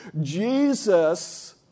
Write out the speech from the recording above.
Jesus